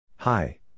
Hi